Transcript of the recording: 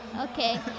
Okay